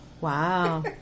Wow